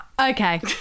Okay